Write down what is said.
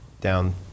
down